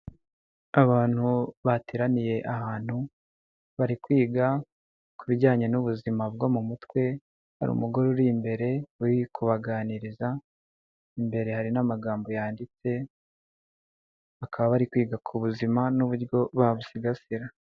Abantu bateraniye ahantu, bari kwiga ku bijyanye n'ubuzima bwo mu mutwe, hari umugore uri imbere uri kubaganiriza, imbere hari n'amagambo yanditse. Bakaba bari kwiga ku buzima n'uburyo babusigasira.